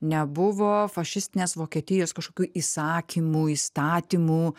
nebuvo fašistinės vokietijos kažkokių įsakymų įstatymų